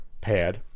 pad